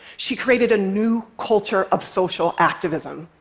she created a new culture of social activism.